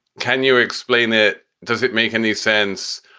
can you explain it? does it make any sense?